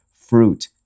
fruit